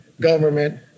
government